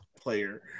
player